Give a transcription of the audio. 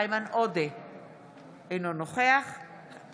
אפשר להכניס עוד 3,700 משפחתונים כאלה.